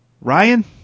Ryan